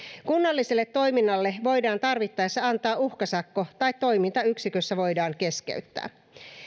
kunnalliselle toiminnalle voidaan tarvittaessa antaa uhkasakko tai toiminta yksikössä voidaan keskeyttää